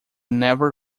never